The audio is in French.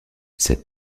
cette